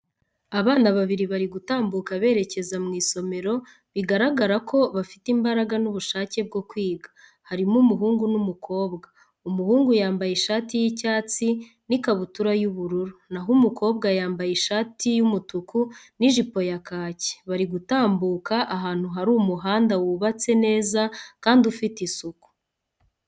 Abana babiri bari gutambuka berekeza mu isomero bigaragara ko bafite imbaraga n'ubushake bwo kwiga, harimo umuhungu n'umukobwa. Umuhungu yambaye ishati y'icyatsi n'ikabutura y'ubururu na ho umukobwa yambaye ishati y'umutuku n'ijipo ya kaki, bari gutambuka ahantu hari umuhanda wubatse neza kandi ufite isuku.